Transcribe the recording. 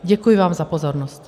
Děkuji vám za pozornost.